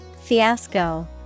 Fiasco